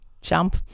jump